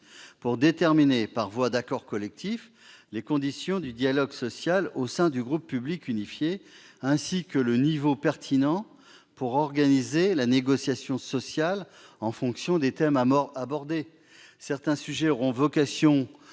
pour déterminer par voie d'accords collectifs les conditions du dialogue social au sein du groupe public unifié, ainsi que le niveau pertinent pour organiser la négociation sociale en fonction des thèmes abordés. Certains sujets auront vocation